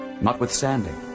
Notwithstanding